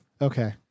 Okay